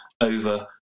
over